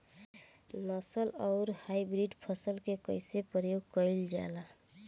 नस्ल आउर हाइब्रिड फसल के कइसे प्रयोग कइल जाला?